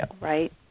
right